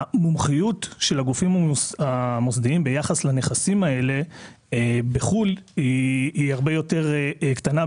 שהמומחיות של הגופים המוסדיים ביחס לנכסים האלה בחו"ל הרבה יותר קטנה,